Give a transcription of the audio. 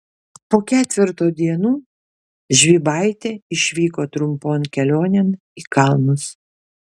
po ketverto dienų žvybaitė išvyko trumpon kelionėn į kalnus